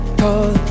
call